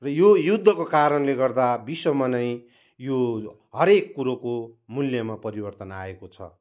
र यो युद्धको कारणले गर्दा विश्वमा नै यो हरेक कुरोको मूल्यमा परिवर्तन आएको छ